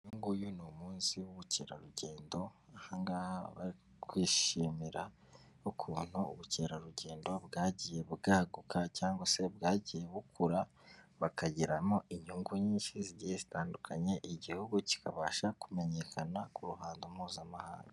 Uyu ngu ni umunsi w'ubukerarugendo. Aha ngaha bari kwishimira ukuntu ubukerarugendo bwagiye bwaguka cyangwa se bwagiye bukura, bakagiramo inyungu nyinshi zigiye zitandukanye, igihugu kikabasha kumenyekana ku ruhando mpuzamahanga.